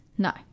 No